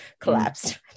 collapsed